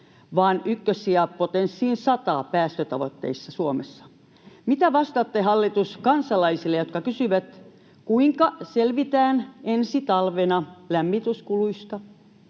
vaan ykkössijaa potenssiin 100. Mitä vastaatte, hallitus, kansalaisille, jotka kysyvät, kuinka selvitään ensi talvena lämmityskuluista,